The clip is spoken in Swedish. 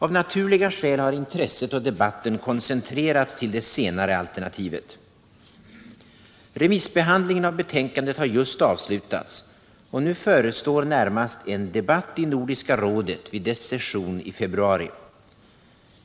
Av naturliga skäl har intresset och debatten koncentrerats till det senare alternativet. Remissbehandlingen av betänkandet har just avslutats, och nu förestår närmast en debatt i Nordiska rådet vid dess session i februari.